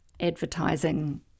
advertising